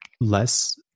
less